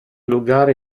lugar